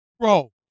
bro